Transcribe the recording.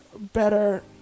better